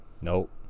Nope